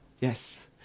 Yes